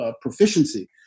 Proficiency